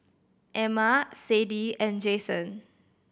Emma Sadie and Jason